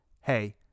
hey